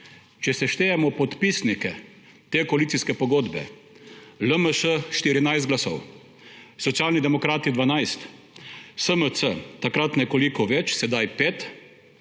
seštejemo podpisnike te koalicijske pogodbe: LMŠ 14 glasov, Socialni demokrati 12, SMC takrat nekoliko več, sedaj 5,